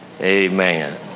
Amen